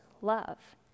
love